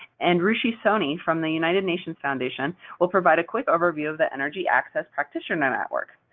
and ruchi soni from the united nations foundation will provide a quick overview of the energy access practitioner network.